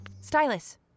Stylus